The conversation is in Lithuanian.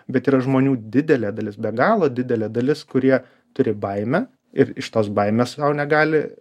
bet yra žmonių didelė dalis be galo didelė dalis kurie turi baimę ir iš tos baimės sau negali